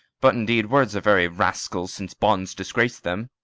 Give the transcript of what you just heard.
but, indeed, words are very rascals since bonds disgrac'd them.